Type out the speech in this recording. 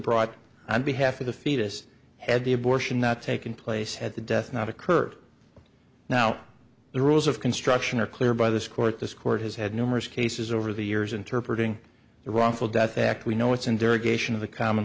brought on behalf of the fetus had the abortion not taken place had the death not occurred now the rules of construction are clear by this court this court has had numerous cases over the years interpret ing the wrongful death act we know it's